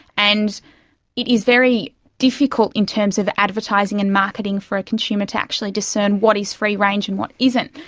and it is very difficult in terms of advertising and marketing for a consumer to actually discern what is free range and what isn't.